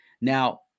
Now